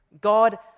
God